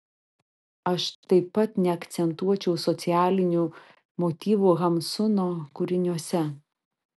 aš taip pat neakcentuočiau socialinių motyvų hamsuno kūriniuose